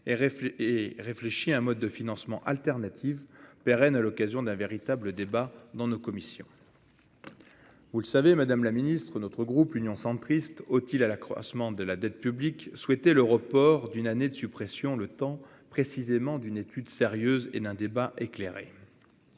et réfléchi, un mode de financement alternatives pérennes à l'occasion d'un véritable débat dans nos commissions, vous le savez madame la Ministre, notre groupe Union centriste au-t-il à l'accroissement de la dette publique souhaitait le report d'une année de suppression le temps précisément d'une étude sérieuse et d'un débat éclairé